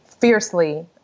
fiercely